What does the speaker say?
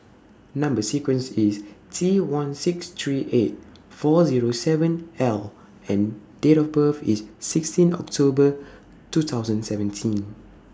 Number sequence IS T one six three eight four Zero seven L and Date of birth IS sixteen October two thousand and seventeen